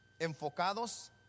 enfocados